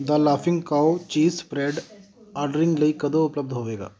ਦ laughing cow cheese spread ordering ਲਈ ਕਦੋਂ ਉਪਲੱਬਧ ਹੋਵੇਗਾ